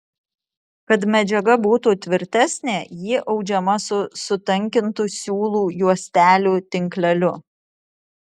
kad medžiaga būtų tvirtesnė ji audžiama su sutankintu siūlų juostelių tinkleliu